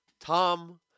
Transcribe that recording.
Tom